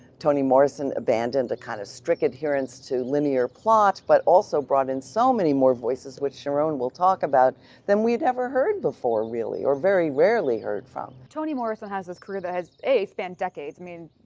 toni morrison abandoned a kind of strict adherence to linear plot, but also brought in so many more voices which sharone will talk about than we had ever heard before really, or very rarely heard from. toni morrison has this career that has a, spanned decades. i mean,